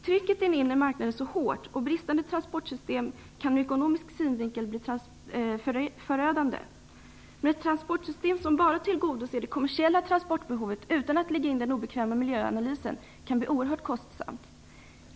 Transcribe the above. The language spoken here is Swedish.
Trycket på den inre marknaden är så hårt, och bristande transportsystem kan ur ekonomisk synvinkel bli förödande. Men ett transportsystem som bara tillgodoser det kommersiella transportbehovet utan att lägga in den obekväma miljöanalysen kan bli oerhört kostsamt.